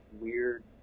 weird